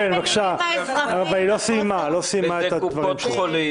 היא לא סיימה את הדברים שלה.